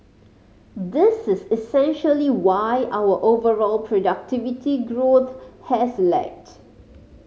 this is essentially why our overall productivity growth has lagged